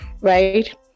right